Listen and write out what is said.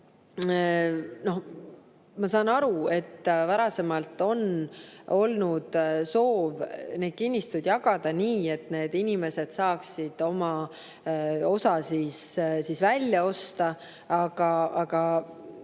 saan aru, et varasemalt on olnud soov need kinnistud jagada nii, et need inimesed saaksid oma osa välja osta. Aga